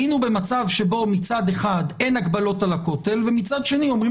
היינו במצב שבו מצד אחד אין הגבלות על הכותל ומצד שני אומרים